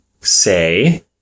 say